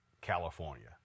California